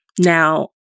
Now